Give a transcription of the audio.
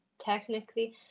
technically